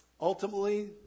Ultimately